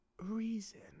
reason